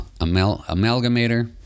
Amalgamator